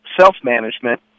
self-management